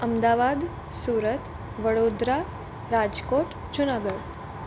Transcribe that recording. Ahmedabad Surat Vadodara Rajkot Junagadh